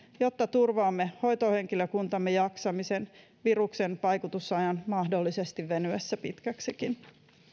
jotta turvaamme hoitohenkilökuntamme jaksamisen viruksen vaikutusajan mahdollisesti venyessä pitkäksikin suomessa